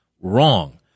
Wrong